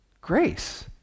grace